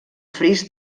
fris